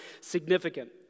significant